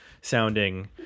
sounding